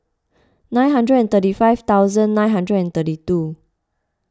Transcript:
nine hundred and thirty five thousand nine hundred and thirty two